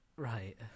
right